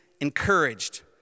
encouraged